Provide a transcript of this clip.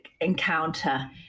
encounter